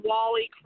Wally